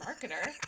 marketer